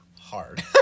hard